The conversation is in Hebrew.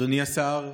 אדוני השר,